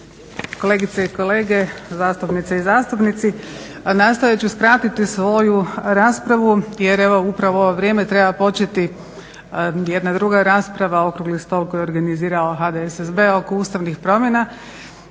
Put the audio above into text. kolegice i kolege, zastupnice i zastupnici. Nastojat ću skratiti svoju raspravu jer evo upravo u ovo vrijeme treba početi jedna druga rasprava, okrugli stol koji je organizirao HDSSB oko ustavnih promjena.